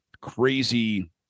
crazy